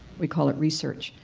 we call it research,